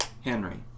Henry